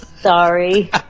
Sorry